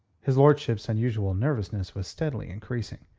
his lordship's unusual nervousness was steadily increasing.